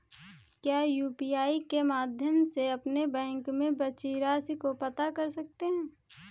क्या यू.पी.आई के माध्यम से अपने बैंक में बची राशि को पता कर सकते हैं?